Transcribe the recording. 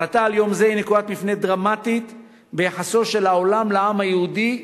ההחלטה על יום זה היא נקודת מפנה דרמטית ביחסו של העולם לעם היהודי,